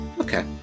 Okay